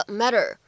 matter